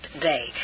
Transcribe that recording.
day